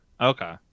Okay